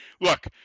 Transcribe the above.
look